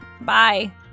Bye